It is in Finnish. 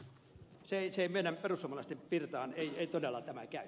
se ei meidän perussuomalaisten pirtaan todella käy